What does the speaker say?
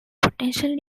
potential